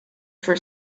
for